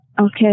Okay